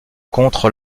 contre